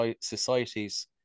societies